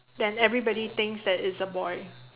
then everybody thinks that is a boy